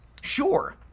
Sure